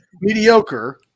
mediocre